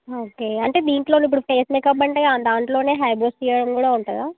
okay అంటే దీంట్లోనిప్పుడు face makeup అంటే దాంట్లోనే హై బ్రోస్ తీయడం కూడా ఉంటుందా